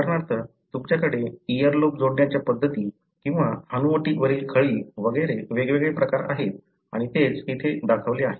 उदाहरणार्थ तुमच्याकडे इअरलोब जोडण्याच्या पद्धती किंवा हनुवटी वरील खळी वगैरे वेगवेगळे प्रकार आहेत आणि तेच येथे दाखवले आहे